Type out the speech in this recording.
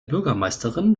bürgermeisterin